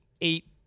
eight